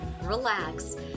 relax